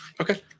Okay